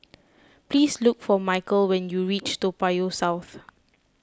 please look for Micheal when you reach Toa Payoh South